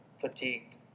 fatigued